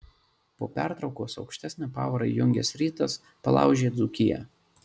po pertraukos aukštesnę pavarą įjungęs rytas palaužė dzūkiją